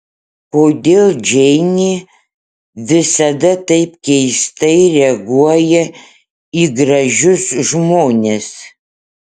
kodėl džeinė visada taip keistai reaguoja į gražius žmones